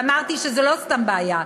ואמרתי שזו לא סתם בעיה,